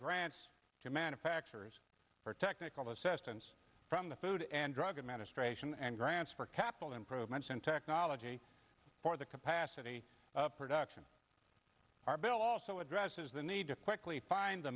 grants to manufacturers for technical assistance from the food and drug amount and grants for capital improvements in technology for the capacity of production our bill also addresses the need to quickly find